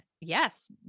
yes